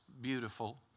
beautiful